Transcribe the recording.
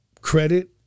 credit